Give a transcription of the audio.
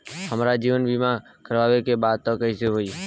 हमार जीवन बीमा करवावे के बा त कैसे होई?